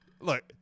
Look